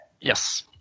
Yes